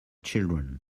children